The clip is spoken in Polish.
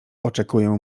oczekują